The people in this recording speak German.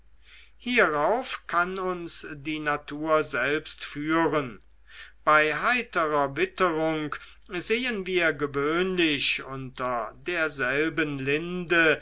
hierauf kann uns die natur selbst führen bei heiterer witterung sehen wir gewöhnlich unter derselben linde